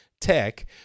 tech